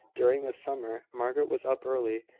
during this summer, margaret was up early,